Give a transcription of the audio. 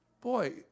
boy